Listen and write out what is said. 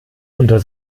unter